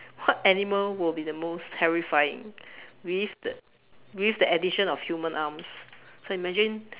what animal will be the most terrifying with the with the addition of human arms so you imagine